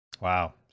Wow